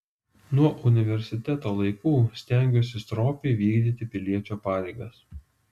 nuo universiteto laikų stengiuosi stropiai vykdyti piliečio pareigas